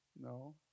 No